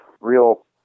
real